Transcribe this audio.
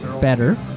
Better